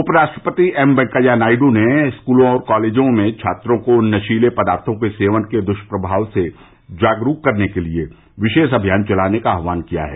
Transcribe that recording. उपराष्ट्रपति एम वैंकेया नायडू ने स्कूलों और कॉलेजों में छात्रों को नशीले पदार्थों के सेवन के दुष्प्रभाव से जागरूक करने के लिए विशेष अभियान चलाने का आह्वान किया है